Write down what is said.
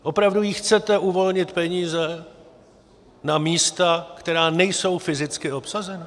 Opravdu jí chcete uvolnit peníze na místa, která nejsou fyzicky obsazena?